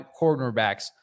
cornerbacks